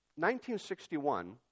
1961